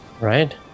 Right